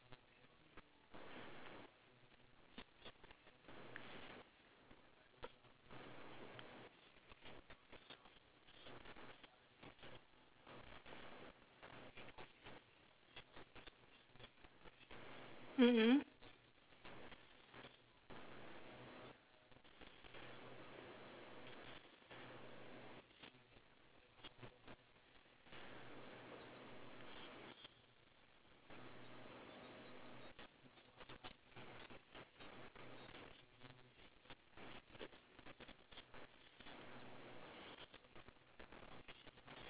mm mm